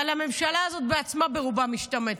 אבל הממשלה הזאת בעצמה ברובה משתמטת,